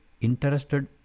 interested